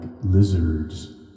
lizards